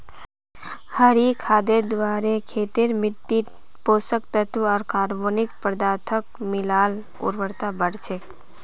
हरी खादेर द्वारे खेतेर मिट्टित पोषक तत्त्व आर कार्बनिक पदार्थक मिला ल उर्वरता बढ़ छेक